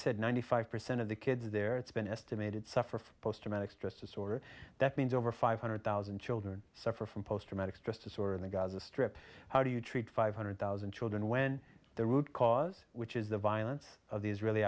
said ninety five percent of the kids there it's been estimated suffer from post traumatic stress disorder that means over five hundred thousand children suffer from post traumatic stress disorder in the gaza strip how do you treat five hundred thousand children when the root cause which is the violence of the israeli